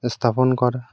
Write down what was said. স্থাপন করা